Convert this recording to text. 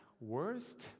worst